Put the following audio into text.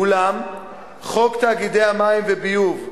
אולם חוק תאגידי מים וביוב,